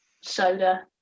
soda